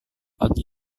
pagi